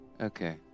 Okay